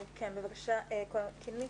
בבקשה, קינלי.